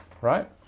right